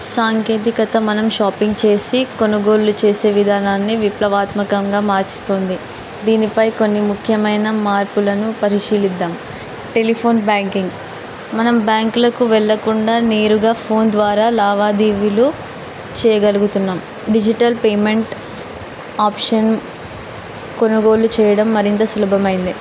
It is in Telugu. సాంకేతికత మనం షాపింగ్ చేసి కొనుగోలు చేసే విధానాన్ని విప్లవాత్మకంగా మార్చుతోంది దీనిపై కొన్ని ముఖ్యమైన మార్పులను పరిశీలిద్దాం టెలిఫోన్ బ్యాంకింగ్ మనం బ్యాంకులకు వెళ్ళకుండా నేరుగా ఫోన్ ద్వారా లావాదేవీలు చేయగలుగుతున్నాం డిజిటల్ పేమెంట్ ఆప్షన్ కొనుగోలు చేయడం మరింత సులభమైంది